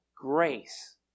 Grace